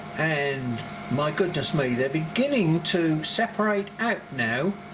and my goodness may they're beginning to separate out now